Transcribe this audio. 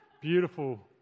beautiful